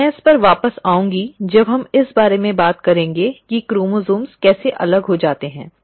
और मैं इस पर वापस आऊंगी जब हम इस बारे में बात करेंगे कि क्रोमोसोम्स कैसे अलग हो जाते हैं